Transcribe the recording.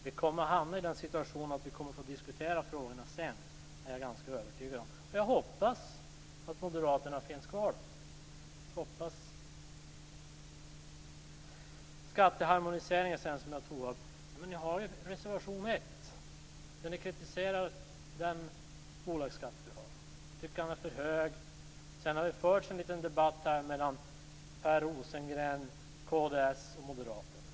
Vi kommer att hamna i den situationen att vi senare får diskutera de här frågorna; det är jag ganska övertygad om. Jag hoppas att moderaterna då finns med i de samtalen. Skatteharmoniseringen tog jag upp. I reservation 1 kritiserar ni den bolagsskatt som finns. Ni tycker att den är för hög. Det har ju varit en liten debatt om den saken här mellan Per Rosengren och Kristdemokraternas och Moderaternas företrädare.